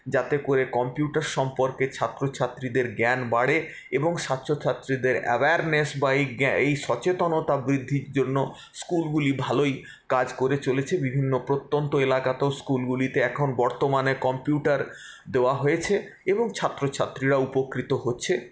যাতে করে কম্পিউটার সম্পর্কে ছাত্রছাত্রীদের জ্ঞান বাড়ে এবং ছাত্রছাত্রীদের অ্যাওয়ারনেস বা এই সচেতনতা বৃদ্ধির জন্য স্কুলগুলি ভালোই কাজ করে চলেছে বিভিন্ন প্রত্যন্ত এলাকাতেও স্কুলগুলিতে এখন বর্তমানে কম্পিউটার দেওয়া হয়েছে এবং ছাত্রছাত্রীরা উপকৃত হচ্ছে